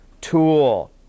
tool